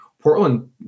Portland